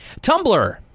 Tumblr